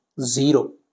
zero